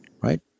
right